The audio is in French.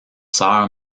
sœur